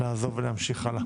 לעזוב ולהמשיך הלאה.